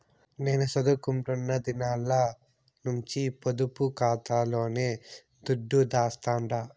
నేను సదువుకుంటున్న దినాల నుంచి పొదుపు కాతాలోనే దుడ్డు దాస్తండా